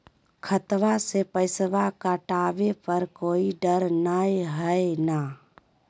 खतबा से पैसबा कटाबे पर कोइ डर नय हय ना?